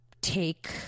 take